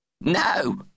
No